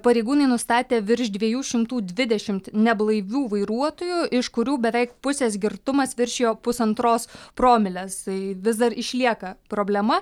pareigūnai nustatė virš dviejų šimtų dvidešimt neblaivių vairuotojų iš kurių beveik pusės girtumas viršijo pusantros promilės tai vis dar išlieka problema